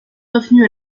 revenue